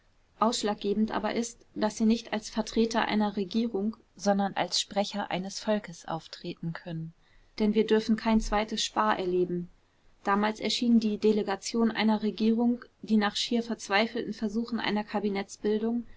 ausschlaggebend aber ist daß sie nicht als vertreter einer regierung sondern als sprecher eines volkes auftreten können denn wir dürfen kein zweites spaa erleben damals erschien die delegation einer regierung die nach schier verzweifelten versuchen einer kabinettsbildung